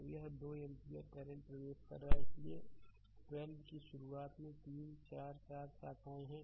तो यह 2 ampere current प्रवेश कर रहा है इसलिए 1 2 की शुरुआत में 3 4 4 शाखाएं हैं